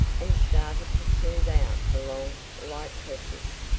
and started to smooth out the long, light tresses.